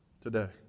today